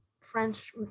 French